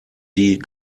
die